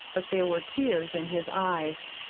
but there were tears in his eyes.